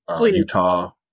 Utah